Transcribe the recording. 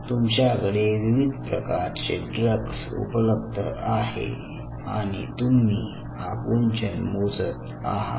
तुमच्याकडे विविध प्रकारचे ड्रग्स उपलब्ध आहे आणि तुम्ही आकुंचन मोजत आहात